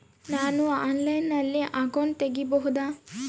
ನಾನು ಆನ್ಲೈನಲ್ಲಿ ಅಕೌಂಟ್ ತೆಗಿಬಹುದಾ?